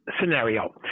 scenario